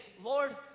Lord